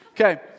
Okay